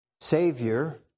Savior